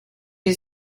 you